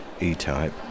E-Type